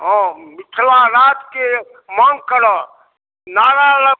हाँ मिथिलाराजके माँग करऽ नारा लऽ